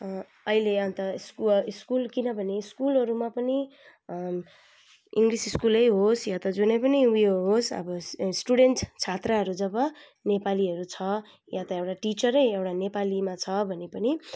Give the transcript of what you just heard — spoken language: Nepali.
अहिले अन्त स्कुल किनभने स्कुलहरूमा पनि इङ्ग्लिस स्कुलै होस् या त जुनै पनि उयो होस् अब स्टुडेन्ट छात्रहरू जब नेपालीहरू छ या त एउटा टिचरै एउटा नेपालीमा छ भने पनि